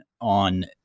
on